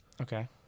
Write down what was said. Okay